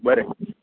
आं बरें